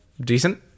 decent